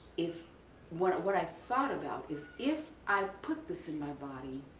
if what what i thought about is if i put this in my body,